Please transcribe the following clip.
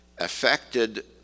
affected